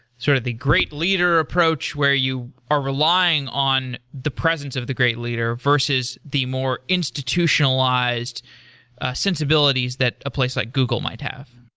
sort of great leader approach where you are relying on the presence of the great leader versus the more institutionalized sensibilities that a place like google might have?